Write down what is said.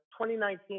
2019